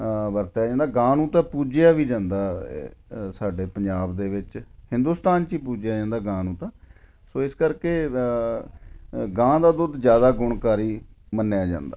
ਵਰਤਿਆ ਜਾਂਦਾ ਗਾਂ ਨੂੰ ਤਾਂ ਪੂਜਿਆ ਵੀ ਜਾਂਦਾ ਸਾਡੇ ਪੰਜਾਬ ਦੇ ਵਿੱਚ ਹਿੰਦੁਸਤਾਨ 'ਚ ਹੀ ਪੂਜਿਆ ਜਾਂਦਾ ਗਾਂ ਨੂੰ ਤਾਂ ਸੋ ਇਸ ਕਰਕੇ ਗਾਂ ਦਾ ਦੁੱਧ ਜ਼ਿਆਦਾ ਗੁਣਕਾਰੀ ਮੰਨਿਆ ਜਾਂਦਾ